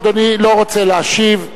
אדוני לא רוצה להשיב.